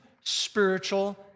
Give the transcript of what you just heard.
spiritual